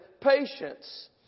patience